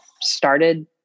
started